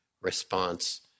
response